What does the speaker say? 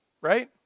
right